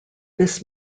this